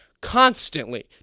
constantly